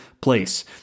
place